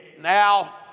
Now